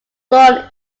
born